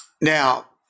Now